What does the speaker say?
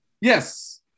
Yes